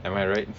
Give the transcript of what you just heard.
am I right